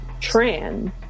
trans